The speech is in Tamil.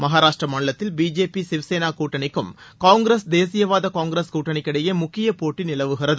மகராஷ்டிர மாநிலத்தில் பிஜேபி சிவசேனா கூட்டணிக்கும் காங்கிரஸ் தேசியவாத காங்கிரஸ் கூட்டணிக்கிடையே முக்கிய போட்டி நிலவுகிறது